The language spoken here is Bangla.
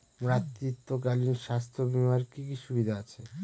মাতৃত্বকালীন স্বাস্থ্য বীমার কি কি সুবিধে আছে?